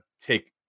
take